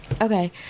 Okay